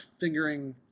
fingering